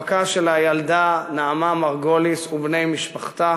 המאבק של הילדה נעמה מרגוליס ובני משפחתה